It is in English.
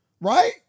Right